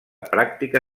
pràctica